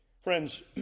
Friends